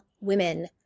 women